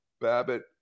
Babbitt